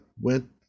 went